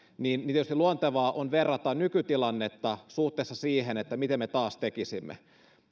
niin tietysti luontevaa on verrata nykytilannetta suhteessa siihen miten me taas tekisimme